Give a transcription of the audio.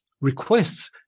requests